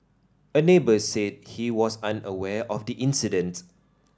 a neighbour said he was unaware of the incident